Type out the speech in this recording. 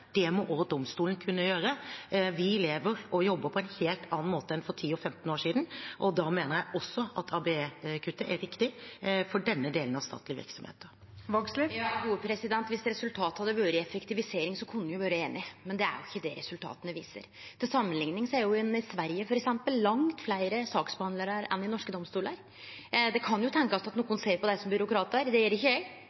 Det må også domstolene kunne gjøre. Vi lever og jobber på en helt annen måte enn for 10 og 15 år siden, og da mener jeg også at ABE-kuttet er riktig for denne delen av statlige virksomheter. Dersom resultatet hadde vore effektivisering, kunne eg ha vore einig, men det er jo ikkje det resultata viser. Til samanlikning har ein f.eks. i Sverige langt fleire saksbehandlarar enn i norske domstolar. Det kan jo tenkjast at